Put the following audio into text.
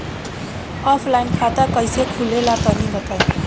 Offline खाता कइसे खुले ला तनि बताई?